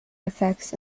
effects